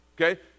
okay